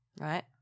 right